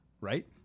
right